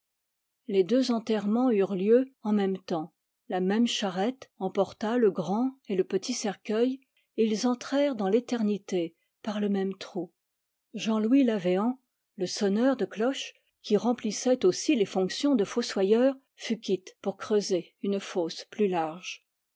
les deux enterrements eurent lieu en même temps la même charrette emporta le grand et le petit cercueil et ils entrèrent dans l'éternité par le même trou jean louis lavéant le sonneur de cloches qui remplissait aussi les fonctions de fossoyeur fut quitte pour creuser une fosse plus large